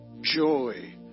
joy